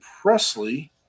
Presley